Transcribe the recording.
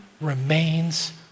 remains